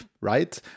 right